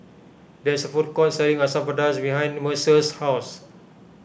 there is a food court selling Asam Pedas behind Mercer's house